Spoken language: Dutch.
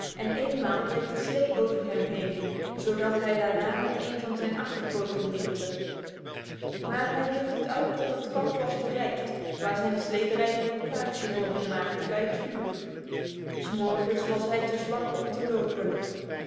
en eenmaal reed de slee over hem heen zodat hij daarna met een van zijn achterpoten hinkte maar hij hield het uit tot het kamp was bereikt waar zijn sledrijvnpatohemkbijtvur s morgens was hij te zwak om te lopen